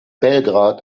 belgrad